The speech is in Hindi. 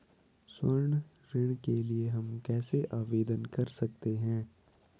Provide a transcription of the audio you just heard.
स्वर्ण ऋण के लिए हम कैसे आवेदन कर सकते हैं?